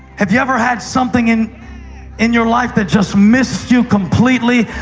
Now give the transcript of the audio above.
have you ever had something in in your life that just missed you completely?